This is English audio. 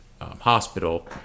hospital